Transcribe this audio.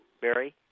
Barry